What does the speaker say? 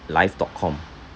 live dot com